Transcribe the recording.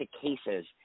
cases